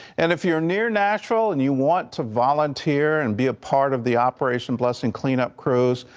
and if you are near nashville and you want to volunteer, and be part of the operation blessing cleanup crews,